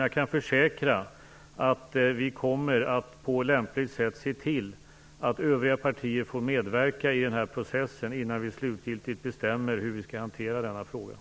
Jag kan försäkra att vi på lämpligt sätt kommer att se till att övriga partier får medverka i processen innan vi slutgiltigt bestämmer hur vi skall hantera frågan.